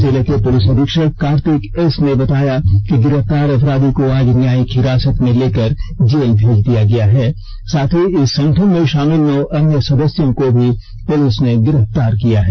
जिले के पुलिस अधीक्षक कार्तिक एस ने बताया कि गिरफ्तार अपराधी को आज न्यायिक हिरासत में लेकर जेल भेज दिया गया है साथ ही इस संगठन में शामिल नौ अन्य सदस्यों को भी पुलिस ने गिरफ्तार किया है